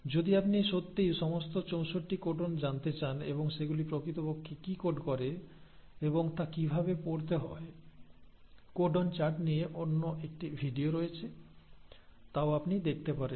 যদি আপনি সত্যিই সমস্ত 64 কোডন জানতে চান এবং সেগুলি প্রকৃতপক্ষে কি কোড করে এবং তা কিভাবে পড়তে হয় কোডন চার্ট নিয়ে অন্য একটি ভিডিও রয়েছে তাও আপনি দেখতে পারেন